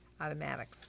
automatic